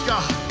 God